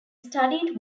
studied